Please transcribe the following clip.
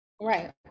Right